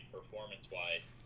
performance-wise